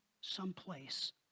someplace